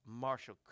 Marshall